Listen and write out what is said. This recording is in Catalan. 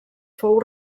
fou